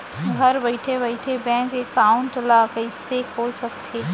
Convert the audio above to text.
घर बइठे बइठे बैंक एकाउंट ल कइसे खोल सकथे?